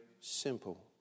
simple